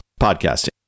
podcasting